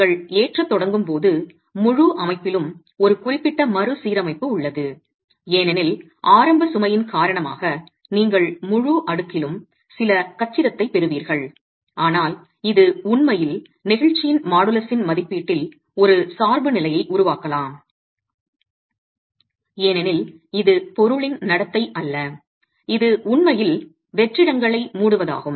நீங்கள் ஏற்றத் தொடங்கும் போது முழு அமைப்பிலும் ஒரு குறிப்பிட்ட மறுசீரமைப்பு உள்ளது ஏனெனில் ஆரம்ப சுமையின் காரணமாக நீங்கள் முழு அடுக்கிலும் சில கச்சிதத்தைப் பெறுவீர்கள் ஆனால் இது உண்மையில் நெகிழ்ச்சியின் மாடுலஸின் மதிப்பீட்டில் ஒரு சார்புநிலையை உருவாக்கலாம் ஏனெனில் இது பொருளின் நடத்தை அல்ல இது உண்மையில் வெற்றிடங்களை மூடுவதாகும்